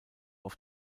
auf